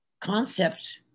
concept